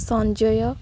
Sanjay